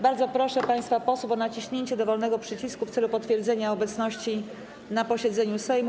Bardzo proszę państwa posłów o naciśnięcie dowolnego przycisku w celu potwierdzenia obecności na posiedzeniu Sejmu.